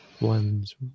one's